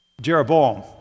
Jeroboam